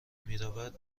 میرود